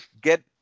get